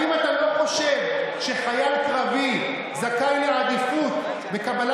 האם אתה לא חושב שחייל קרבי זכאי לעדיפות בקבלה